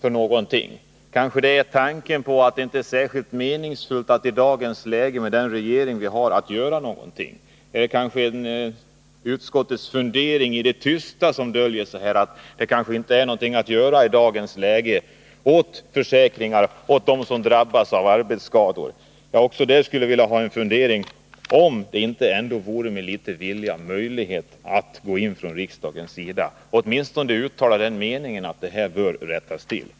Är det kanske utskottets fundering i det tysta som döljer sig här — att det i dagens läge, med den regering vi har, inte är någonting att göra när det gäller försäkringar för dem som drabbas av arbetsskador? Jag skulle också vilja höra något om detta — om det inte ändå, med litet vilja, vore möjligt att göra någonting från riksdagens sida, åtminstone uttala den meningen att detta bör rättas till.